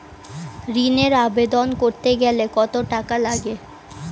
ঋণের আবেদন করতে গেলে কত টাকা লাগে?